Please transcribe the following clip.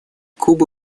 куба